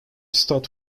stud